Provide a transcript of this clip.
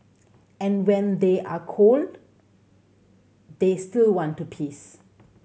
and when they are cold they still want to piss